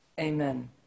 Amen